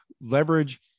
leverage